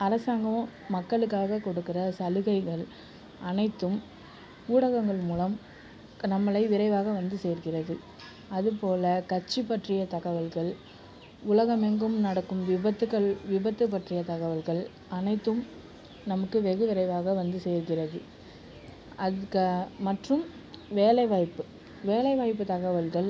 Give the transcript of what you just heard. அரசாங்கம் மக்களுக்காக கொடுக்கற சலுகைகள் அனைத்தும் ஊடகள்கள் மூலம் க நம்மளை விரைவாக வந்து சேர்கிறது அதுபோல் கட்சி பற்றிய தகவல்கள் உலகமெங்கும் நடக்கும் விபத்துகள் விபத்து பற்றிய தகவல்கள் அனைத்தும் நமக்கு வெகுவிரைவாக வந்து சேர்கிறது அதுக்காக மற்றும் வேலைவாய்ப்பு வேலைவாய்ப்பு தகவல்கள்